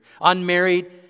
unmarried